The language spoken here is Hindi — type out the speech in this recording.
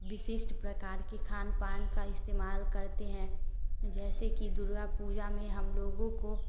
विशिष्ट प्रकार का खान पान का इस्तेमाल करते हैं जैसे कि दुर्गा पूजा में हम लोगों को